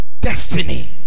Destiny